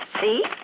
See